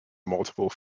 multiple